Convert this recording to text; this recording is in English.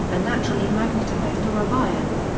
a naturally magnetized ore of iron.